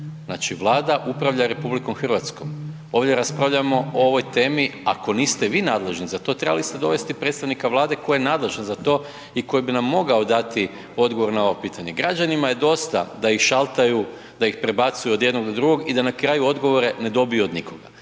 znači Vlada upravlja RH, ovdje raspravljamo o ovoj temi, ako niste vi nadležni za to, trebali ste dovesti predstavnika Vlade koji je nadležan za to i koji bi nam mogao dati odgovor na pitanje. Građanima je dosta da ih šaltaju, da ih prebacuju od jednog do drugog i da na kraju odgovore ne dobiju od nikoga.